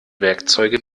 werkzeuge